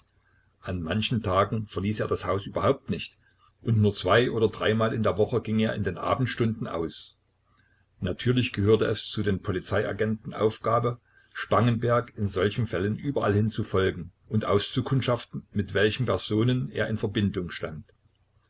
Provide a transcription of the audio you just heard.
an manchen tagen verließ er das haus überhaupt nicht und nur zwei oder dreimal in der woche ging er in der abendstunde aus natürlich gehörte es zu des polizeiagenten aufgabe spangenberg in solchen fällen überallhin zu folgen und auszukundschaften mit welchen personen er in verbindung stand